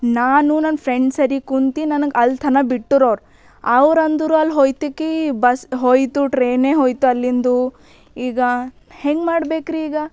ನಾನು ನನ್ನ ಫ್ರೆಂಡ್ ಸರಿ ಕುಂತು ನನಗ ಅಲ್ಥನ ಬಿಟ್ಟರು ಅವ್ರು ಅವ್ರು ಅಂದರು ಅಲ್ಲಿ ಹೋಯ್ತಕಿ ಬಸ್ ಹೋಯಿತು ಟ್ರೇನೇ ಹೋಯ್ತು ಅಲ್ಲಿಂದು ಈಗ ಹೆಂಗೆ ಮಾಡಬೇಕ್ರಿ ಈಗ